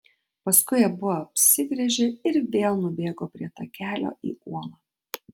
paskui abu apsigręžė ir vėl nubėgo prie takelio į uolą